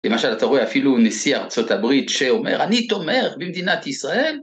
למשל אתה רואה אפילו נשיא ארה״ב שאומר, אני תומך במדינת ישראל.